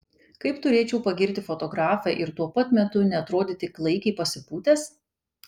kaip turėčiau pagirti fotografę ir tuo pat metu neatrodyti klaikiai pasipūtęs